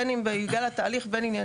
בין אם בגלל התהליך וכו'.